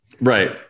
right